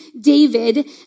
David